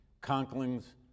Conkling's